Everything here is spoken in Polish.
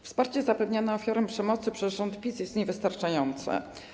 Wsparcie zapewniane ofiarom przemocy przez rząd PiS jest niewystarczające.